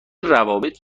روابط